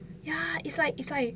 ya it's like it's like